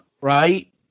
Right